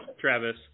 Travis